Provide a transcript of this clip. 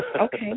Okay